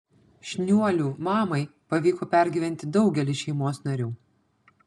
šniuolių mamai pavyko pergyventi daugelį šeimos narių